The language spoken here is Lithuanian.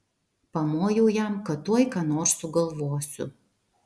pamojau jam kad tuoj ką nors sugalvosiu